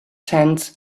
tents